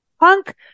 Punk